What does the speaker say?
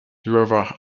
river